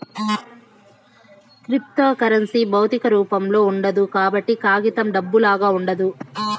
cryptocurrency భౌతిక రూపంలో ఉండదు కాబట్టి కాగితం డబ్బులాగా ఉండదు